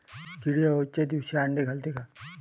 किडे अवसच्या दिवशी आंडे घालते का?